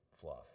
fluff